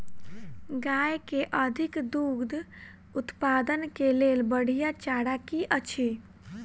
गाय केँ अधिक दुग्ध उत्पादन केँ लेल बढ़िया चारा की अछि?